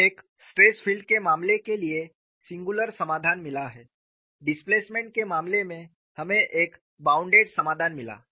हमें एक stress field के मामले के लिए सिंगुलर समाधान मिला है डिस्प्लेसमेंट के मामले में हमें एक बॉउंडेड समाधान मिला